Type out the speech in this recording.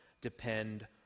depend